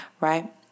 Right